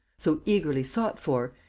so eagerly sought for,